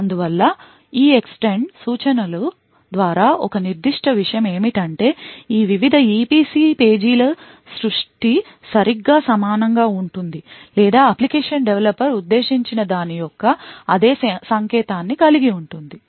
అందువల్ల EEXTEND సూచనల ద్వారా ఒక నిర్దిష్ట విషయం ఏమిటంటే ఈ వివిధ EPC పేజీల సృష్టి సరిగ్గా సమానంగా ఉంటుంది లేదా అప్లికేషన్ డెవలపర్ ఉద్దేశించిన దాని యొక్క అదే సంతకాన్ని కలిగి ఉంటుంది